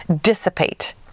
dissipate